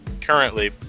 currently